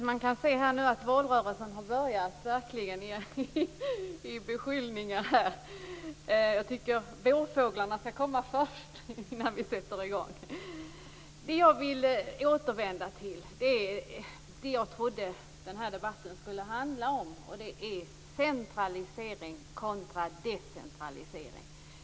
Fru talman! Man kan höra på beskyllningarna här att valrörelsen verkligen har börjat. Jag tycker att vårfåglarna skall komma innan vi sätter i gång. Det jag vill återvända till är det jag trodde den här debatten skulle handla om, centralisering kontra decentralisering.